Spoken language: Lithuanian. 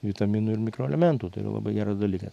vitaminų ir mikroelementų tai yra labai geras dalykas